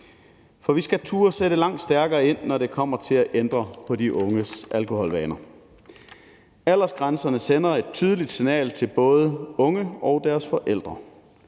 for vi skal turde at sætte langt stærkere ind, når det kommer til at ændre på de unges alkoholvaner. Aldersgrænserne sender et tydeligt signal til både unge og deres forældre,